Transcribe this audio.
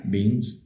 Beans